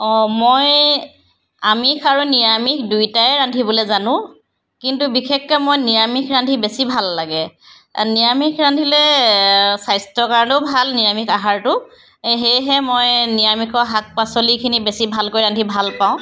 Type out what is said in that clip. অ' মই আমিষ আৰু নিৰামিষ দুইটাই ৰান্ধিবলৈ জানো কিন্তু বিশেষকৈ মই নিৰামিষ ৰান্ধি বেছি ভাল লাগে নিৰামিষ ৰান্ধিলে স্বাস্থ্যৰ কাৰণেও ভাল নিৰামিষ আহাৰটো সেয়েহে মই নিৰামিষৰ শাক পাচলিখিনি বেছি ভালকৈ ৰান্ধি ভাল পাওঁ